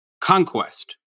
conquest